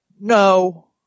No